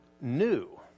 new